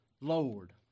Lord